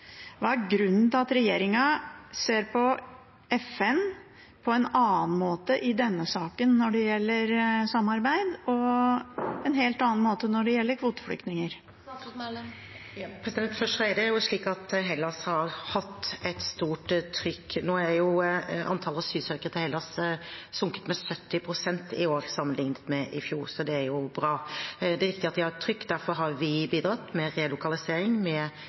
Hva er grunnen til at regjeringen ser på FN på én måte i denne saken når det gjelder samarbeid, og på en helt annen måte når det gjelder kvoteflyktninger? Det er slik at Hellas har hatt et stort trykk. Nå er antallet asylsøkere til Hellas sunket med 70 pst. i år sammenlignet med i fjor, så det er jo bra. Det er riktig at de har et trykk. Derfor har vi bidratt med relokalisering, med